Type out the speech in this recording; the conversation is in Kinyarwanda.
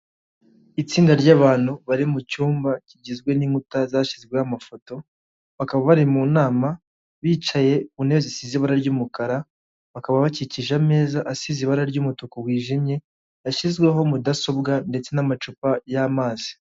Itsinda ry'abantu bari mu cyumba kigizwe n'inkuta zashyizweho amafoto, bakaba bari mu nama bicaye ku ntebe zisize ibara ry'umukara, bakaba bakikije ameza asize ibara ry'umutuku wijimye, yashyizweho mudasobwa ndetse n'amacupa y'amazi.